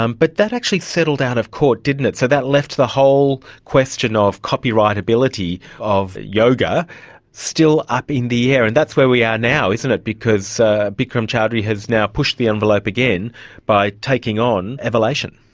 um but that actually settled out of court, didn't it, so that left the whole question of copyright ability of yoga still up in the area, that's where we are now, isn't it, because bikram choudhury has now pushed the envelope again by taking on evolation.